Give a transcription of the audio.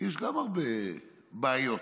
גם יש הרבה בעיות,